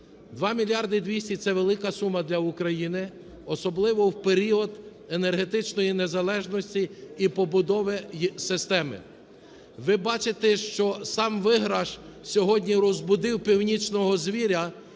2 мільярди 200 – це велика сума для України, особливо в період енергетичної незалежності і побудови системи. Ви бачите, що сам виграш сьогодні розбудив "північного звіра",